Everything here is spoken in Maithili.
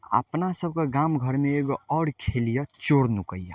आओर अपना सबके गाम घरमे एगो आओर खेल यऽ चोर नुकैयाँ